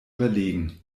überlegen